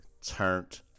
Turned